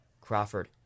Crawford